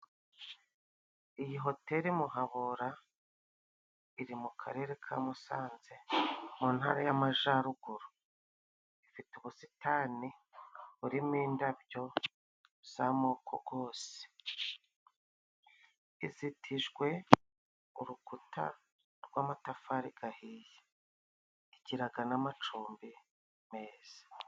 Iyi hoteri Muhabura iri mu Karere ka Musanze, mu Ntara y'Amajyaruguru, ifite ubusitani burimo indabyo z'amoko gose, izitijwe urukuta rw'amatafari gahiye, igiraga n'amacumbi meza.